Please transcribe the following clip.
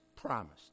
promised